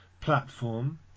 platform